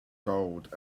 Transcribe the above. gold